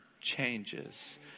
changes